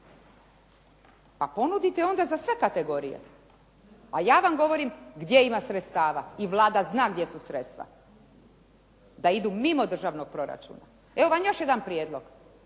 Pa ponudite onda za sve kategorije. A ja vam govorim gdje ima sredstava i Vlada zna gdje su sredstva, da idu mimo državnog proračuna. Evo vam još jedan prijedlog.